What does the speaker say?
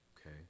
Okay